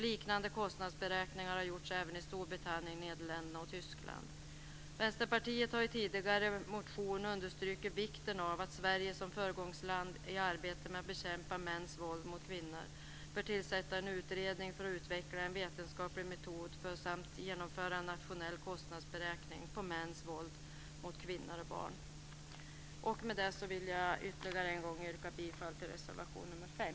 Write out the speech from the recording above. Liknande kostnadsberäkningar har gjorts även i Storbritannien, Vänsterpartiet har i en tidigare motion understrukit vikten av att Sverige som föregångsland i arbetet med att bekämpa mäns våld mot kvinnor bör tillsätta en utredning för att utveckla en vetenskaplig metod samt genomföra en nationell kostnadsberäkning för mäns våld mot kvinnor och barn. Med det vill jag ytterligare en gång yrka bifall till reservation nr 5.